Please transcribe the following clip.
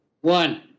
one